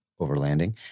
overlanding